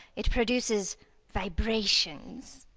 it produces vibrations.